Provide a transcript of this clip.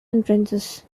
entrances